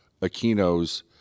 Aquino's